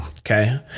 Okay